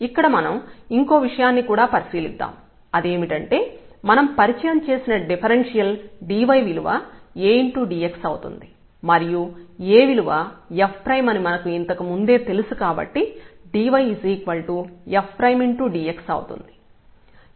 ఇక్కడ మనం ఇంకో విషయాన్ని కూడా పరిశీలించాం అదేమిటంటే మనం పరిచయం చేసిన డిఫరెన్షియల్ dy విలువ A dx అవుతుంది మరియు A విలువ f అని మనకు ఇంతకు ముందే తెలుసు కాబట్టి dy fdx అవుతుంది